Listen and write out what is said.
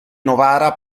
novara